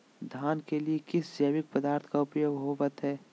धान के लिए किस जैविक पदार्थ का उपयोग होवत है?